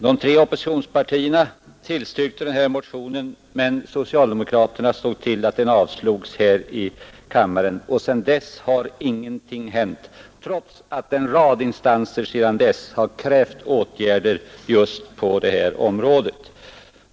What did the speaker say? De tre oppositionspartierna tillstyrkte motionen, men socialdemokraterna såg till att den avslogs av riksdagen. Sedan dess har ingenting hänt, trots att en rad instanser har krävt åtgärder just på det här området.